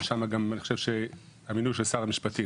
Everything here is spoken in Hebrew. אבל המינוי שם הוא של שר המשפטים.